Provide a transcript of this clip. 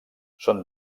són